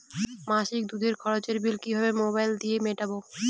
মাসিক দুধের খরচের বিল কিভাবে মোবাইল দিয়ে মেটাব?